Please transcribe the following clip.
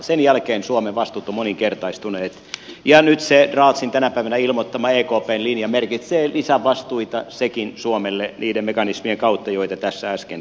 sen jälkeen suomen vastuut ovat moninkertaistuneet ja nyt se draghin tänä päivänä ilmoittama ekpn linja merkitsee lisävastuita sekin suomelle niiden mekanismien kautta joita tässä äsken kävin läpi